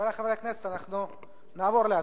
חברי חברי הכנסת, אנחנו נעבור להצבעה.